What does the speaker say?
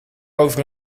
over